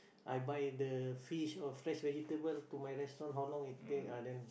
I buy the fish or fresh vegetable to my restaurant how long it take ah then